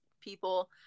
people